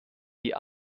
die